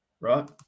Right